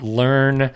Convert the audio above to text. learn